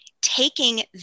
Taking